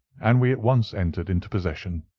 and we at once entered into possession.